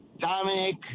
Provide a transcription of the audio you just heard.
Dominic